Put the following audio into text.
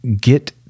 get